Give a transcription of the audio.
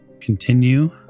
continue